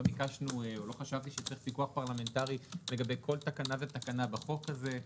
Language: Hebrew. לא חשבתי שצריך פיקוח פרלמנטרי לגבי כל תקנה ותקנה בחוק הזה.